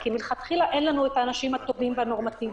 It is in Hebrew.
כי מלכתחילה אין לנו את האנשים הטובים והנורמטיביים.